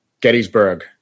Gettysburg